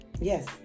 Yes